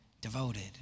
devoted